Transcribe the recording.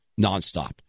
nonstop